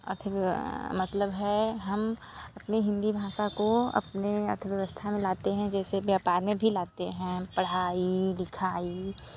अर्थ मतलब है हम अपने हिंदी भाषा को अपने अर्थव्यवस्था में लाते हैं जैसे व्यापार में भी लाते हैं पढ़ाई लिखाई